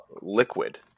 Liquid